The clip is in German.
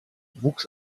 wuchs